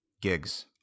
gigs